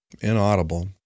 inaudible